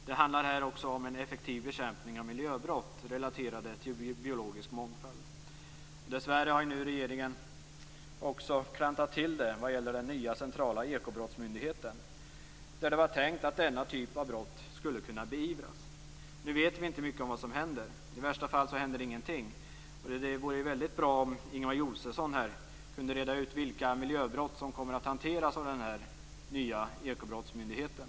Här handlar det också om en effektiv bekämpning av miljöbrott relaterade till den biologiska mångfalden. Dessvärre har regeringen nu också klantat till det vad gäller den nya centrala ekobrottsmyndigheten där det var tänkt att denna typ av brott skulle kunna beivras. Nu vet vi inte mycket om vad som händer. I värsta fall händer ingenting. Det vore väldigt bra om Ingemar Josefsson kunde reda ut vilka miljöbrott som kommer att hanteras av den nya ekobrottsmyndigheten.